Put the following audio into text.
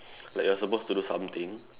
like you're supposed to do something